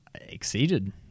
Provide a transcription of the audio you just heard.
exceeded